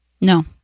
No